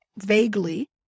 Vaguely